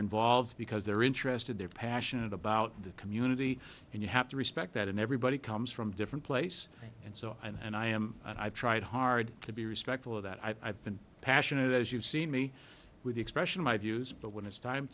involves because they're interested they're passionate about the community and you have to respect that and everybody comes from different place and so on and i am i've tried hard to be respectful of that i think passionate as you've seen me with the expression of my views but when it's